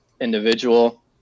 individual